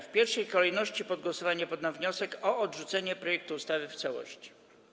W pierwszej kolejności pod głosowanie poddam wniosek o odrzucenie projektu ustawy w całości.